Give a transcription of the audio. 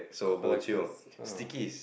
collectors oh